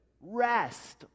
Rest